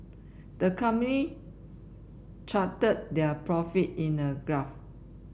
the company charted their profit in a graph